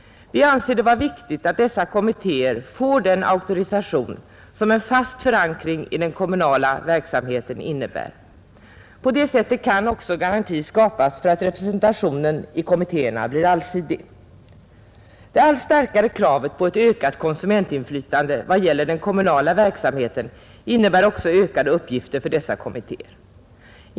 Vi anser det vara viktigt att dessa kommittéer får den auktorisation som en fast förankring i den kommunala verksamheten innebär. På det sättet kan också garanti skapas för att representationen i kommittéerna blir allsidig. Det allt starkare kravet på ett ökat konsumentinflytande i vad gäller den kommunala verksamheten innebär också ökade uppgifter för dessa kommittéer.